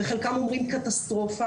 וחלקם אומרים קטסטרופה,